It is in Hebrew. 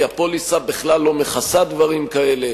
כי הפוליסה בכלל לא מכסה דברים כאלה,